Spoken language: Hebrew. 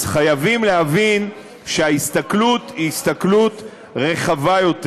אז חייבים להבין שההסתכלות היא הסתכלות רחבה יותר: